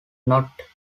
not